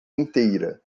inteira